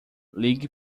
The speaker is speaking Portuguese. ligue